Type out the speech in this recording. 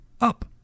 up